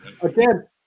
Again